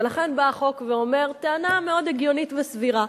ולכן החוק אומר טענה מאוד הגיונית וסבירה: